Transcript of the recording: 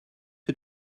que